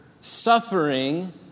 suffering